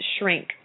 shrink